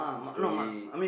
slowly